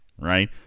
right